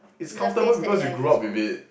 it's comfortable because you grow up with it